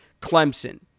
Clemson